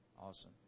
Awesome